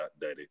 Daddy